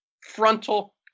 frontal